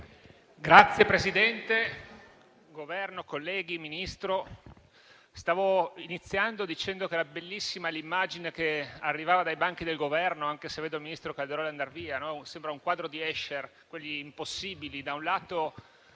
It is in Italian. signor Ministro, colleghi, stavo iniziando dicendo che era bellissima l'immagine che arrivava dai banchi del Governo, anche se ora vedo il ministro Calderoli andar via. Sembra un quadro di Escher, di quelli impossibili: da un lato